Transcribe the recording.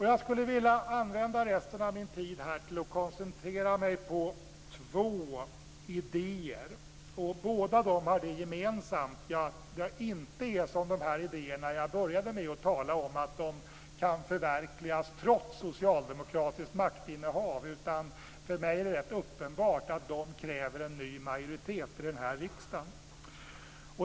Jag skulle vilja använda resten av min talartid här till att koncentrera mig på två idéer. Båda har det gemensamt att de inte är som de idéer jag började med att tala om, att de kan förverkligas trots socialdemokratiskt maktinnehav. För mig är det rätt uppenbart att de kräver en ny majoritet i den här riksdagen.